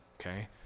Okay